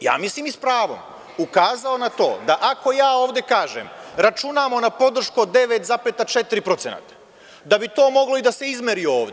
ja mislim i s pravom, ukazao na to da ako ja ovde kažem – računamo na podršku od 9,4%, da bi to moglo i da se izmeri ovde.